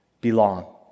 belong